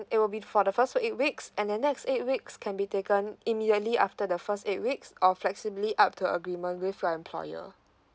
it will be for the first eight weeks and then next eight weeks can be taken immediately after the first eight weeks or flexibly up to agreement with your employer